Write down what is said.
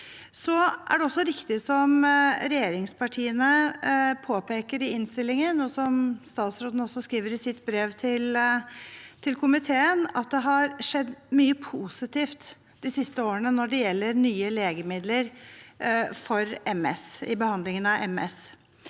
Det er riktig som regjeringspartiene påpeker i innstillingen, og som statsråden også skriver i sitt brev til komiteen, at det har skjedd mye positivt de siste årene når det gjelder nye legemidler i behandlingen av MS.